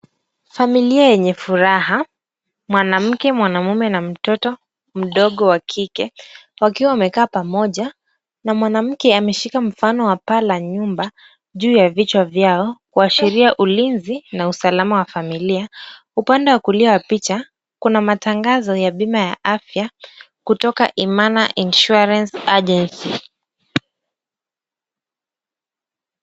Familia yenye furaha, mwanamke, mwanaume na mtoto mdogo wa kike wakiwa wamekaa pamoja, na mwanamke ameshika mfano wa paa la nyumba juu ya vichwa vyao kuashiria ulinzi na usalama wa familia. Upande wa kulia wa picha kuna matangazo ya bima ya afya kutoka Imana insurance agency .